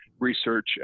research